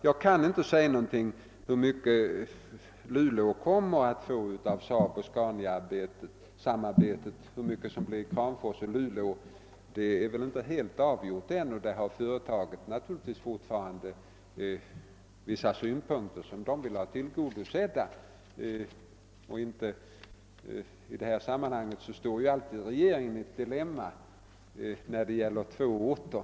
Jag kan inte säga någonting om hur mycket Kramfors och Luleå kommer att få av SAAB-Scania-samarbetet. Det är väl ännu inte helt avgjort, och naturligtvis har företaget fortfarande vissa synpunkter som det önskar tillgodosedda. I sådana sammanhang befinner sig alltid regeringen i ett dilemma eftersom det gäller två orter.